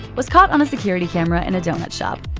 was caught on a security camera in a donut shop.